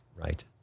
right